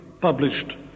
published